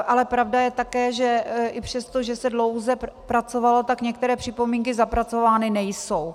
Ale pravda je také, že i přesto, že se dlouze pracovalo, tak některé připomínky zapracovány nejsou.